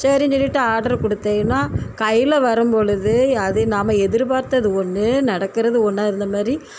சரின்னு சொல்லிட்டு ஆர்டர் கொடுத்தேன்னா கையில் வரும் பொழுது அது நாம் எதிர்ப்பார்த்தது ஒன்று நடக்கிறது ஒன்றா இருந்த மாதிரி